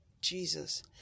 Jesus